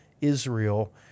Israel